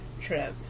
trip